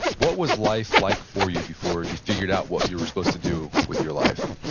what was life like for you before you figured out what you were supposed to do with your life?